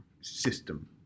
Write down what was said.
system